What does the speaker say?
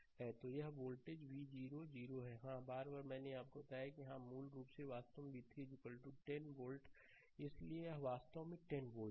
तो यहाँ voltage v 0 0 है हाँ बार बार मैंने आपको बताया हां मूल रूप से वास्तव में v 3 10 वोल्ट इसलिए यह वास्तव में 10 वोल्ट है